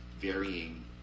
varying